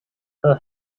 her